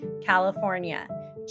California